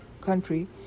country